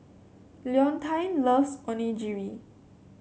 Leontine loves Onigiri